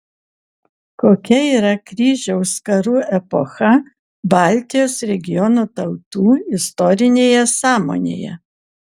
kokia yra kryžiaus karų epocha baltijos regiono tautų istorinėje sąmonėje